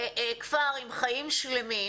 כפר עם חיים שלמים,